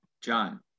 John